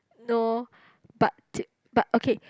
no but but okay